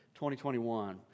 2021